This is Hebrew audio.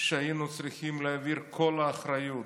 שהיינו צריכים להעביר את כל האחריות